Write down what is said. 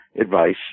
advice